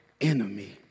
enemy